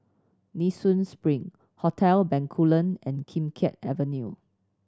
Nee Soon Spring Hotel Bencoolen and Kim Keat Avenue